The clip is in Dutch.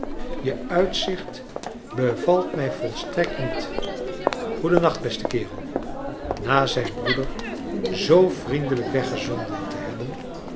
je uitzicht bevalt niij volstrekt niet goeden nacht beste kerel na zijn broeder zoo vriendelijk weggezonden te hebben